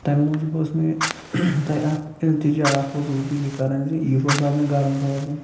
تٔمۍ موجوٗب اوس مےٚ تۄہہِ اَکھ التجا اَکھ اوسُس بہٕ تۄہہِ یہِ کران زِ یہِ گۄژھا مےٚ گرم روزُن